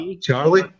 Charlie